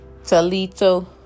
talito